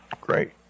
Great